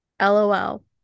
Lol